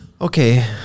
okay